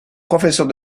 professeur